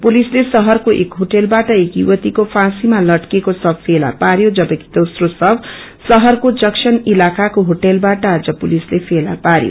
पुलिस्ते शहरको एक होटलबाट एक युवतीको फ्रैंसीमा लटकेको श्रव फेला पार्यो जबकि दोम्रो शव शहरको जंक्शन् इलाखाको होटलबाट आज पुलिसले फेला पार्यो